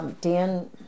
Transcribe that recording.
Dan –